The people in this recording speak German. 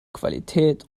qualität